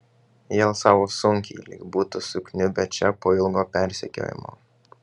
jie alsavo sunkiai lyg būtų sukniubę čia po ilgo persekiojimo